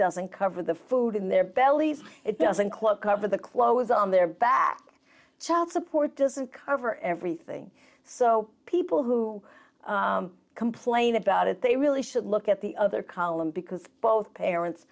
doesn't cover the food in their bellies it doesn't quite cover the clothes on their back child support doesn't cover everything so people who complain about it they really should look at the other column because both parents